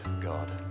God